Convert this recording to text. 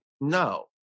No